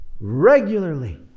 regularly